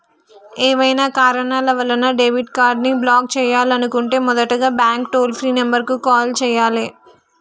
ఏవైనా కారణాల వలన డెబిట్ కార్డ్ని బ్లాక్ చేయాలనుకుంటే మొదటగా బ్యాంక్ టోల్ ఫ్రీ నెంబర్ కు కాల్ చేయాలే